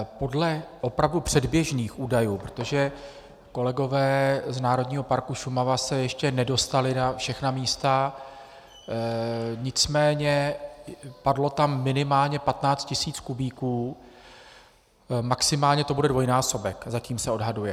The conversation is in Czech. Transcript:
Podle opravdu předběžných údajů, protože kolegové z Národního parku Šumava se ještě nedostali na všechna místa nicméně padlo tam minimální 15 tisíc kubíků, maximálně to bude dvojnásobek, zatím se odhaduje.